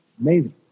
Amazing